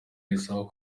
asaba